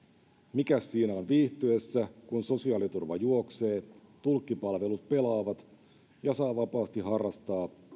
mikäs siinä on viihtyessä kun sosiaaliturva juoksee tulkkipalvelut pelaavat ja saa vapaasti harrastaa